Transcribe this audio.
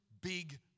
big